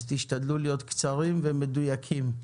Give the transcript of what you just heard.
אז תשתדלו להיות קצרים ומדויקים.